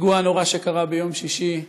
הפיגוע הנורא שקרה ביום שישי,